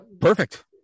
perfect